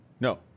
No